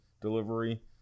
delivery